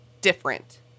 different